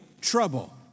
trouble